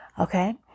okay